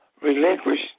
relinquish